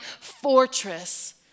fortress